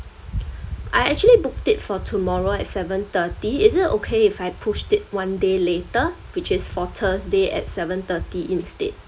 I actually booked it for tomorrow at seven thirty is it okay if I pushed it one day later which is for thursday at seven thirty instead